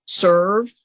serve